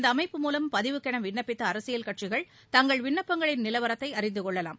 இந்த அமைப்பு மூலம் பதிவுக்கென விண்ணப்பித்த அரசியல் கட்சிகள் தங்கள் விண்ணப்பங்களின் நிலவரத்தை அறிந்து கொள்ளலாம்